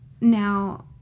now